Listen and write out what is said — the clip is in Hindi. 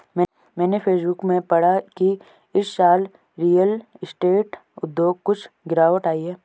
मैंने फेसबुक में पढ़ा की इस साल रियल स्टेट उद्योग कुछ गिरावट आई है